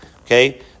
okay